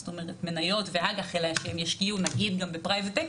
זאת אומרת מניות ואג"ח אלא שהם ישקיעו נגיד גם בהון פרטי,